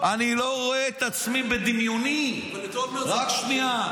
אני לא רואה את עצמי בדמיוני --- אבל את אולמרט --- רק שנייה.